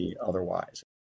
otherwise